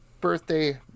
birthday